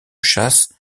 chasse